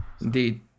Indeed